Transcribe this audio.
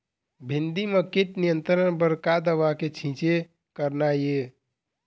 भिंडी म कीट नियंत्रण बर का दवा के छींचे करना ये?